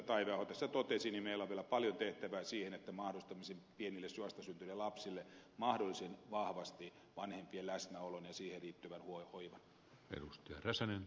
taiveaho tässä totesi meillä on vielä paljon tehtävää siinä että mahdollistaisimme pienille vastasyntyneille lapsille mahdollisimman vahvasti vanhempien läsnäolon ja siihen liittyvän hoivan